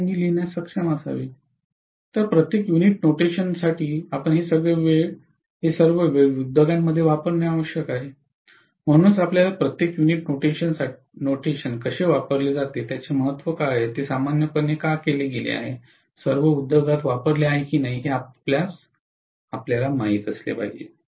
तर प्रत्येक unit notation साठी आपण हे सर्व वेळ उद्योगांमध्ये वापरणे आवश्यक आहे म्हणूनच आपल्याला प्रत्येक युनिट नोटेशन कसे वापरले जाते त्याचे महत्त्व काय आहे ते सामान्यपणे का केले गेले आहे सर्व उद्योगात वापरले हे आपल्याला माहित असले पाहिजे